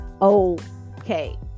okay